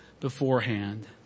beforehand